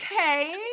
okay